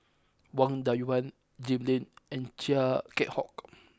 Wang Dayuan Jim Lim and Chia Keng Hock